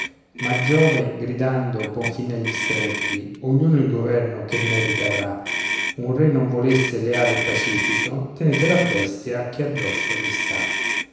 giove gridando pon fine agli strepiti ognuno il governo che merita avrà un re non voleste leale e pacifico tenete la bestia che addosso vi sta